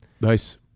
Nice